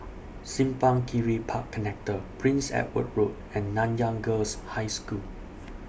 Simpang Kiri Park Connector Prince Edward Road and Nanyang Girls' High School